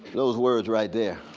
those words right there.